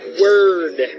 word